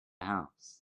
house